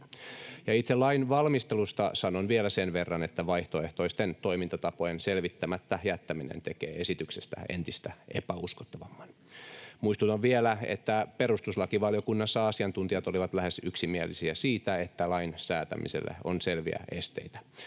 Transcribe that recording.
Itse lainvalmistelusta sanon vielä sen verran, että vaihtoehtoisten toimintatapojen selvittämättä jättäminen tekee esityksestä entistä epäuskottavamman. Muistutan vielä, että perustuslakivaliokunnassa asiantuntijat olivat lähes yksimielisiä siitä, että lain säätämiselle on selviä esteitä,